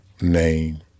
name